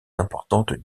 importantes